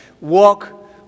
walk